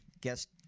guest—